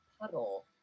puddle